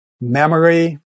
memory